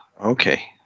okay